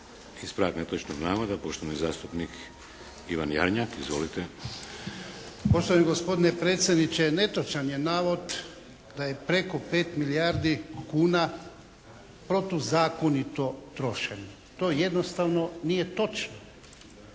Ispravak netočnog navoda, poštovani zastupnik Ivan Jarnjak. Izvolite! **Jarnjak, Ivan (HDZ)** Poštovani gospodine predsjedniče! Netočan je navod da je preko 5 milijardi kuna protuzakonito trošeno. To jednostavno nije točno.